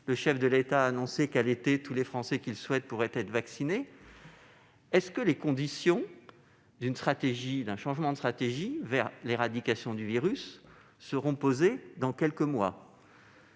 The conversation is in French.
Le chef de l'État a annoncé que, d'ici à l'été, tous les Français qui le souhaiteraient pourraient être vaccinés. Les conditions d'un changement de stratégie vers l'éradication du virus seront-elles posées dans quelques mois ?